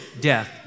death